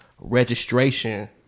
registration